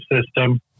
system